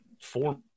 Four